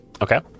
Okay